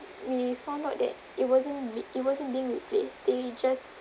we found out that it wasn't be~ it wasn't being replaced they just